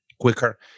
quicker